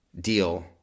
deal